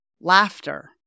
laughter